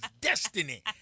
destiny